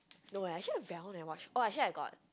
no eh actually I very long never watch oh actually I got